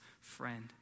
friend